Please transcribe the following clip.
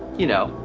you know,